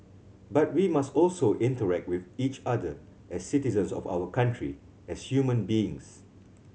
but we must also interact with each other as citizens of our country as human beings